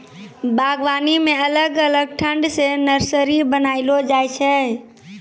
बागवानी मे अलग अलग ठंग से नर्सरी बनाइलो जाय छै